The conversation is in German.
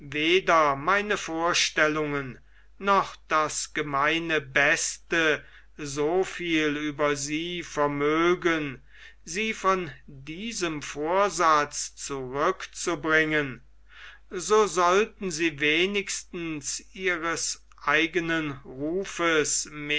weder meine vorstellungen noch das gemeine beste so viel über sie vermögen sie von diesem vorsatz zurückzubringen so sollten sie wenigstens ihres eigenen rufes